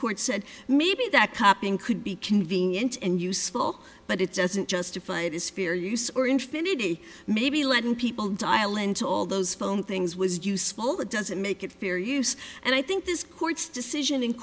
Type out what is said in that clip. court said maybe that copying could be convenient and useful but it doesn't justify it is fair use or infinity maybe letting people dial into all those phone things was useful that doesn't make it fair use and i think this court's